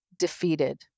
defeated